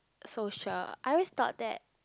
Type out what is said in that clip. so sure I always thought that